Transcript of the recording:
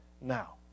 now